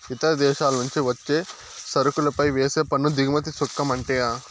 ఇతర దేశాల నుంచి వచ్చే సరుకులపై వేసే పన్ను దిగుమతి సుంకమంట